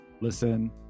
listen